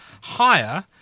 higher